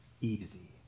easy